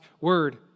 word